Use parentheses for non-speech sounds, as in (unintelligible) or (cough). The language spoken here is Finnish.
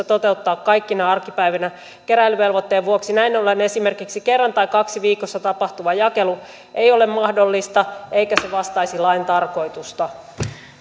(unintelligible) toteuttaa kaikkina arkipäivinä keräilyvelvoitteen vuoksi näin ollen esimerkiksi kerran tai kaksi viikossa tapahtuva jakelu ei ole mahdollista eikä se vastaisi lain tarkoitusta